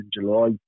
July